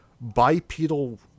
bipedal